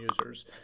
users